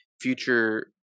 future